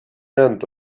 end